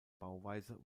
bauweise